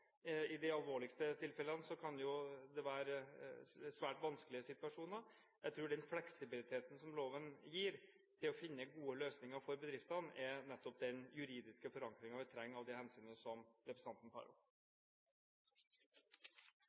I de alvorligste tilfellene kan det være svært vanskelige situasjoner. Jeg tror den fleksibiliteten som loven gir til å finne gode løsninger for bedriftene, er nettopp den juridiske forankringen vi trenger når det gjelder det hensynet som representanten tar opp.